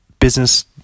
business